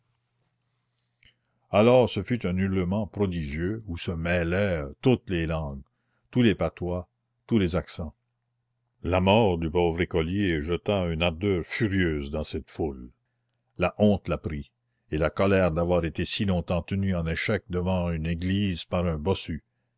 alors ce fut un hurlement prodigieux où se mêlaient toutes les langues tous les patois tous les accents la mort du pauvre écolier jeta une ardeur furieuse dans cette foule la honte la prit et la colère d'avoir été si longtemps tenue en échec devant une église par un bossu